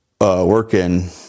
working